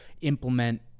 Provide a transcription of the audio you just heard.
implement